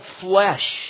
flesh